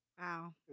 Wow